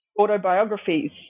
autobiographies